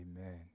amen